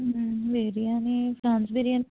biryani prawns biryani